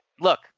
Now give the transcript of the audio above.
look